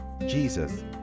Jesus